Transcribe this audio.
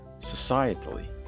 societally